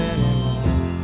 Anymore